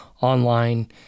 online